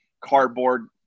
cardboard